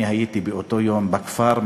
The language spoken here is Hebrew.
אני הייתי באותו היום בכפר,